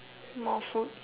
more food